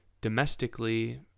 domestically